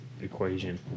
equation